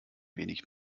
wenig